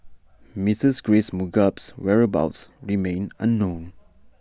Mistress grace Mugabe's whereabouts remain unknown